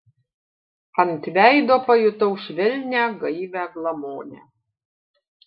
ant veido pajutau švelnią gaivią glamonę